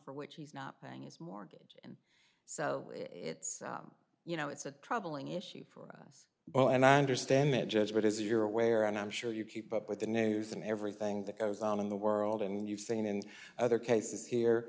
for which he's not playing his mortgage and so it's you know it's a troubling issue for us all and i understand that judge but as you're aware and i'm sure you keep up with the news and everything that goes on in the world and you've seen in other cases